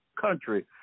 country